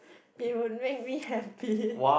it would make me happy